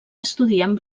estudiant